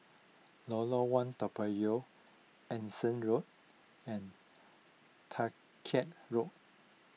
Lorong one Toa Payoh Anson Road and Dalkeith Road